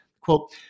Quote